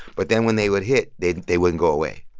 but then when they would hit, they they wouldn't go away,